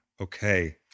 Okay